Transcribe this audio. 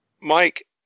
Mike